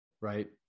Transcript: Right